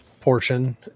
portion